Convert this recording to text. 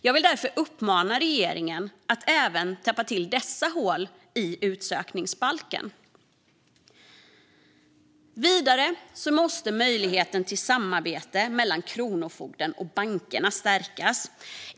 Jag vill därför uppmana regeringen att täppa till även dessa hål i utsökningsbalken. Vidare måste möjligheten till samarbete mellan Kronofogden och bankerna stärkas.